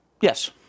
Yes